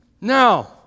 Now